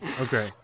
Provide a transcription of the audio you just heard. Okay